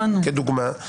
את זה הבנו.